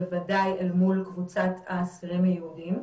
בוודאי אל מול קבוצת האסירים היהודים,